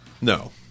No